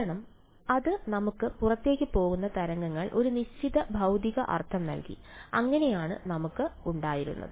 കാരണം അത് നമുക്ക് പുറത്തേക്ക് പോകുന്ന തരംഗങ്ങൾക്ക് ഒരു നിശ്ചിത ഭൌതിക അർത്ഥം നൽകി അങ്ങനെയാണ് നമുക്ക് ഉണ്ടായിരുന്നത്